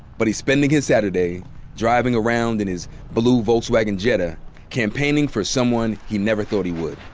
but he's spending his saturday driving around in his blue volkswagen jetta campaigning for someone he never thought he would.